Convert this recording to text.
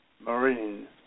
Marine